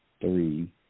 three